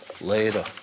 later